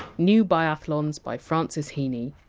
new biathlons by francis heaney.